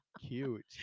cute